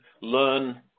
learn